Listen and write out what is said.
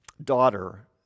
daughter